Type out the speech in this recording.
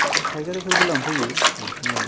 फायखारिफोरबो लांफैयो लांफैनायालाय